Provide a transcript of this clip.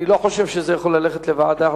אני לא חושב שזה יכול ללכת לוועדת